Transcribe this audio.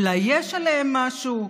אולי יש עליהם משהו.